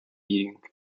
eating